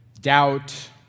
doubt